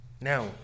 Now